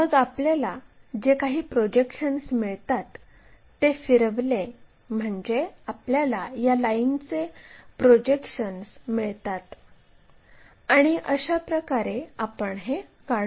मग आपल्याला जे काही प्रोजेक्शन्स मिळतात ते फिरवले म्हणजे आपल्याला या लाईनचे प्रोजेक्शन्स मिळतात आणि अशाप्रकारे आपण हे काढू